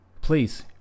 please